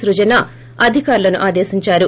సృజన అధికారులను ఆదేశించారు